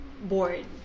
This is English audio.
bored